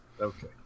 Okay